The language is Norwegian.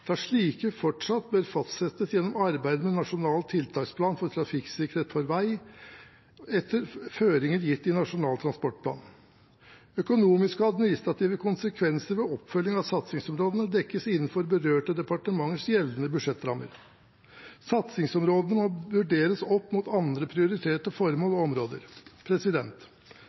slike fortsatt bør fastsettes gjennom arbeidet med Nasjonal tiltaksplan for trafikksikkerhet på veg etter føringer gitt i Nasjonal transportplan. Økonomiske og administrative konsekvenser ved oppfølgingen av satsingsområdene dekkes innenfor berørte departementers gjeldende budsjettrammer. Satsingsområdene må vurderes opp mot andre prioriterte formål og områder.